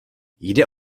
jde